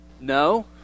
No